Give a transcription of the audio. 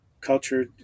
culture